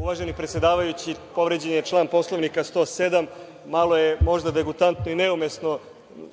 Uvaženi predsedavajući, povređen je član Poslovnika 107. malo je možda degutantno i neumesno,